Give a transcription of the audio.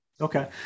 Okay